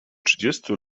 trzydziestu